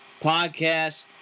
podcast